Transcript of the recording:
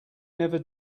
never